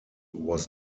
was